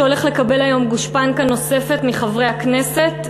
שהולך לקבל היום גושפנקה נוספת מחברי הכנסת,